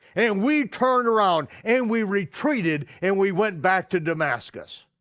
and we turned around, and we retreated, and we went back to damascus.